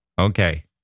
Okay